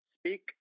speak